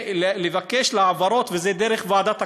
ולבקש העברות, וזה דרך ועדת הכספים,